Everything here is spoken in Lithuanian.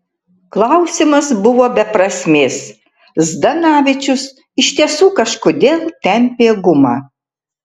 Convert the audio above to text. klausimas buvo be prasmės zdanavičius iš tiesų kažkodėl tempė gumą